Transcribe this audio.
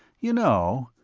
you know,